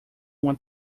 uma